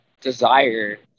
desire